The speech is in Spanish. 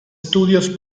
studios